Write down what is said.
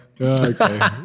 Okay